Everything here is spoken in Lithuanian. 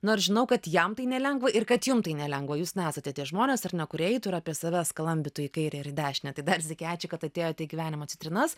nors žinau kad jam tai nelengva ir kad jum tai nelengva jūs na esate tie žmonės ar ne kurie eitų ir apie save skalambytų į kairę ir į dešinę tai dar sykį ačiū kad atėjote į gyvenimo citrinas